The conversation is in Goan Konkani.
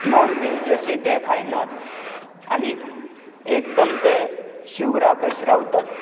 नॉन वेज अशें ते खायनात आनीक एकदम ते शिवरागच रावतात